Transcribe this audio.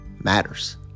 Matters